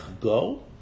go